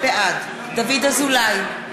בעד דוד אזולאי,